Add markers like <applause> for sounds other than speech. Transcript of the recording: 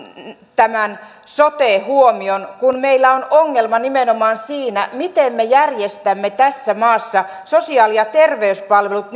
tämän sote huomion kun meillä on ongelma nimenomaan siinä miten me järjestämme tässä maassa sosiaali ja terveyspalvelut <unintelligible>